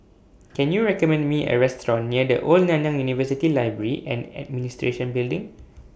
Can YOU recommend Me A Restaurant near The Old Nanyang University Library and Administration Building